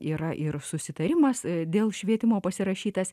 yra ir susitarimas dėl švietimo pasirašytas